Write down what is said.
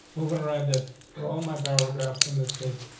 moving right, that for all my paragraphs in this case,